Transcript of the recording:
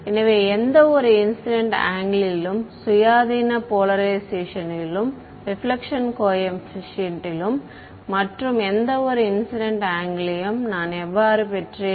எனவே எந்தவொரு இன்சிடென்ட் ஆங்கிலும் சுயாதீன போலரைஷேஷனிலும் ரெபிலெக்ஷன் கோஏபிசியன்ட்டிலும் மற்றும் எந்தவொரு இன்சிடென்ட் ஆங்கிளையும் நான் எவ்வாறு பெற்றேன்